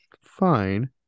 fine